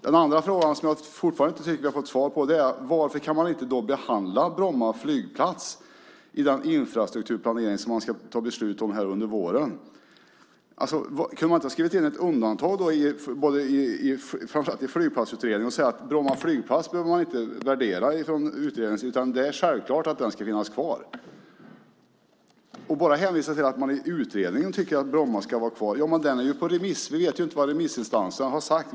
Den andra frågan, som jag fortfarande inte tycker att vi har fått svar på, är: Varför kan man inte behandla Bromma flygplats i den infrastrukturplanering som man ska ta beslut om under våren? Kunde man då inte ha skrivit in ett undantag i framför allt Flygplatsutredningen och sagt att utredningen inte behövde värdera Bromma flygplats för att det är självklart att den ska finnas kvar? Det hänvisas bara till att man i utredningen tycker att Bromma flygplats ska vara kvar. Ja, men den är ju ute på remiss. Vi vet inte vad remissinstanserna har sagt.